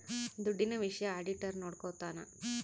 ದುಡ್ಡಿನ ವಿಷಯ ಆಡಿಟರ್ ನೋಡ್ಕೊತನ